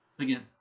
again